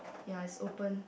ya is open